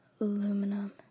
Aluminum